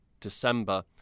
December